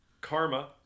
karma